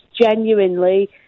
genuinely